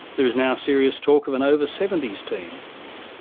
there is now serious talk of an over seventy s team.